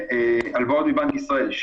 והלוואות מבנק ישראל.